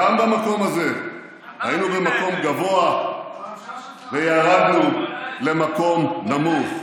גם במקום הזה היינו במקום גבוה וירדנו למקום נמוך.